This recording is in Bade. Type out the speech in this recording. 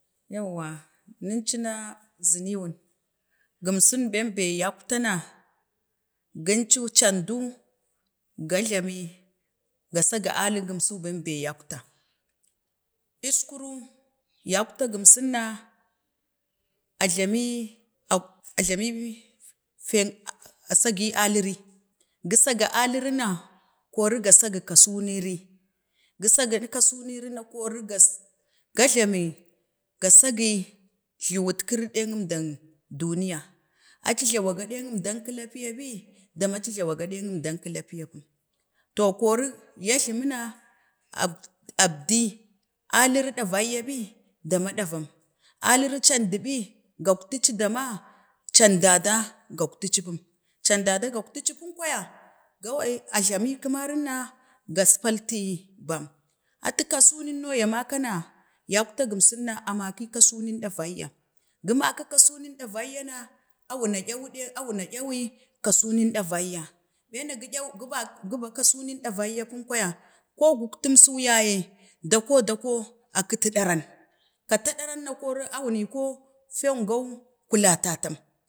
yauwa micu zini wun, gumsin bembe yaktan na gəen candu, ga jlami ga sagi alig gasu bai, bee yakta, əskuru yakta gənsin na a jlami ək, aəlami ni fee, sagi aliri, gisaja aliri na, kori ga sagi kasori, gusaga kasonerina kori ga sagi ga jlame ga sagi jluwutkiri ɗen əmdang duniya, aci jlawa ga ɗeng əmdan kəlapiya bii, dama aci jlawa ga ɗeng əmdan kəlapiya pum, to kori ya jlamika apdi arili ɗavayya bii, dama ɗavam, aliri janduɓi gaktuci dama, candada, guktaci pum, candada gaktuci pum kwaya, gawai a jlami kəmarin na gaspalti bem, atu kasunan yo ya maka na yakta gəmsin na, a haki kosunun yo ya maka na yakta gənsin na, a halci kosunnun ɗavayya, gumakə kasuman ɗavayyana, awu na ɗyaw, awu na ɗyawu kasuman, ɗavayya, bee na gə ɗya wu, go baga, ba kasumun ɗavayyam kwaya, ko guktun su yayee, doko, doko a kiti ɗarang, kata ɗaran na koro, awaniko feen gan kwatam